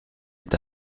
est